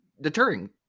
deterring